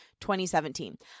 2017